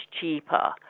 cheaper